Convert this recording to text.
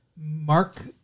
Mark